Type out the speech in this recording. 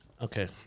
Okay